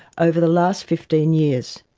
over the last fifteen years.